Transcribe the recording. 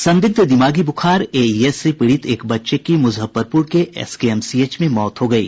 संदिग्ध दिमागी बुखार एईएस से पीड़ित एक बच्चे की मुजफ्फरपुर के एसकेएमसीएच में मौत हो गयी